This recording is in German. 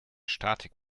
statik